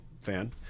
fan